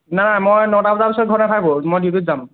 নাই মই নটা বজাৰ পিছত ঘৰত নাথাকো আৰু মই ডিউটিত যাম